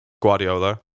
Guardiola